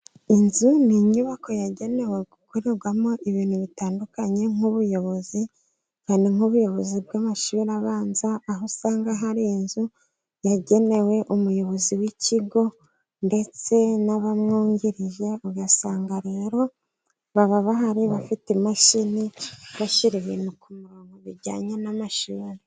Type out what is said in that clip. Inzu ni inyubako yagenewe gukorerwamo ibintu bitandukanye nk'ubuyobozi, cyane nk'ubuyobozi bw'amashuri abanza, aho usanga hari inzu yagenewe umuyobozi w'ikigo, ndetse n'abamwungirije, ugasanga rero baba bahari bafite imashini, bashyira ibintu ku murongo bijyanye n'amashuri.